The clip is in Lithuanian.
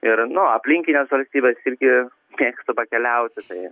ir nu aplinkinės valstybės irgi mėgstu pakeliauti tai